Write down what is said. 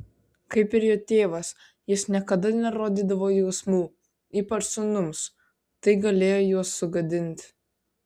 kaip ir jo tėvas jis niekada nerodydavo jausmų ypač sūnums tai galėjo juos sugadinti